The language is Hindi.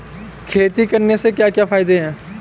खेती करने से क्या क्या फायदे हैं?